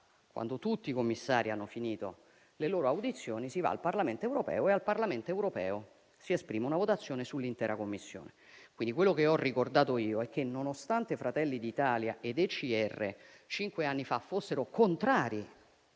Quando tutti i commissari hanno finito le loro audizioni, si va al Parlamento europeo dove si esprime una votazione sull'intera Commissione. Quello che ho ricordato io è che, nonostante Fratelli d'Italia ed ECR cinque anni fa fossero contrari